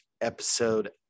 episode